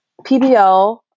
PBL